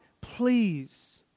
please